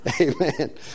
Amen